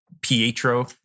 Pietro